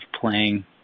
playing